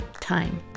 time